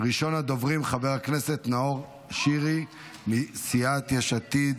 חבר הכנסת גלעד קריב, אתה מפריע לי.